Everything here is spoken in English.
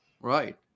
Right